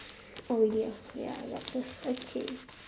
oh really ah wait I rub first okay